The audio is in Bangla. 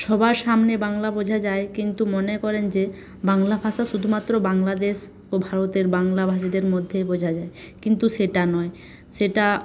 সবার সামনে বাংলা বোঝা যায় কিন্তু মনে করেন যে বাংলা ভাষা শুধুমাত্র বাংলাদেশ ও ভারতের বাংলাভাষীদের মধ্যেই বোঝা যায় কিন্তু সেটা নয় সেটা